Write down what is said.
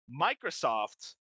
Microsoft